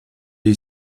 est